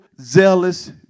zealous